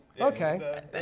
Okay